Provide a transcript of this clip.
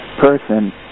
person